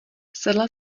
sedla